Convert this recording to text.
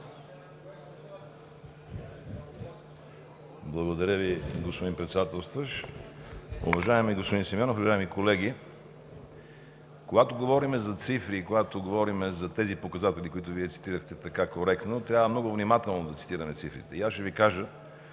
Благодаря Ви, господин Председателстващ. Уважаеми господин Симеонов! Уважаеми колеги, когато говорим за цифри, и когато говорим за тези показатели, които Вие цитирахте така коректно, трябва много внимателно да цитираме цифрите и аз ще Ви кажа,